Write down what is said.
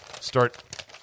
start